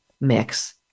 mix